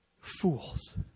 fools